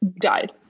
died